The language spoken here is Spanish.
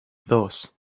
dos